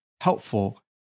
helpful